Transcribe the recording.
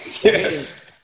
Yes